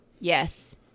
Yes